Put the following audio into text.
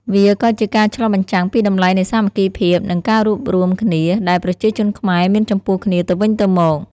វាក៏ជាការឆ្លុះបញ្ចាំងពីតម្លៃនៃសាមគ្គីភាពនិងការរួបរួមគ្នាដែលប្រជាជនខ្មែរមានចំពោះគ្នាទៅវិញទៅមក។